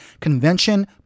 convention